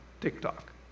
TikTok